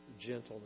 gentleness